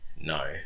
no